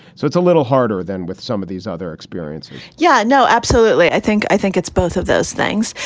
so it's a little harder than with some of these other experiences yeah. no, absolutely. i think i think it's both of those things.